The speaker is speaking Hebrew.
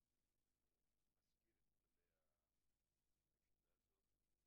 אני רק מזכיר את כללי הישיבה הזאת: